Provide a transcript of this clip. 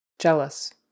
jealous